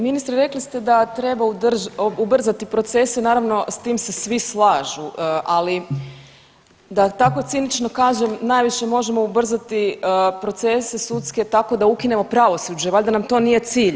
Ministre, rekli ste da treba ubrzati procese, naravno, s tim se svi slažu, ali da tako cinično kažem, najviše možemo ubrzati procese sudske tako da ukinemo pravosuđe, valjda nam to nije cilj,